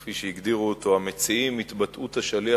כפי שהזכירו אותו המציעים: התבטאות השליח